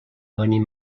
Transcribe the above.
avenir